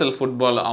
football